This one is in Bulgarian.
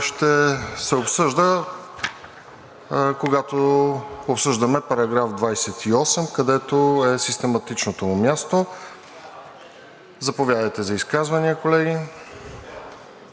ще се обсъжда, когато обсъждаме § 28, където е систематичното му място. Заповядайте за изказвания, колеги.